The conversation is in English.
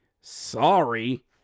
Sorry